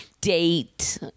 date